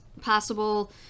possible